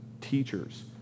teachers